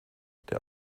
der